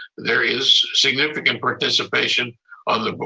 there is significant participation on the, but